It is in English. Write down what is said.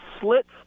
slits